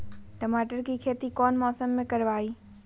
टमाटर की खेती कौन मौसम में करवाई?